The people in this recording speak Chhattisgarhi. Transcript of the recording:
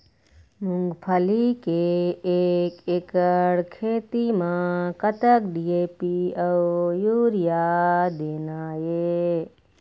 मूंगफली के एक एकड़ खेती म कतक डी.ए.पी अउ यूरिया देना ये?